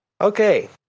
Okay